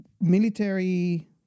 military